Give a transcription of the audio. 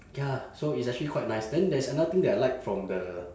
ya so it's actually quite nice then there's another thing that I like from the